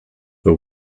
the